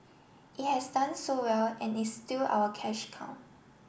it has done so well and is still our cash cow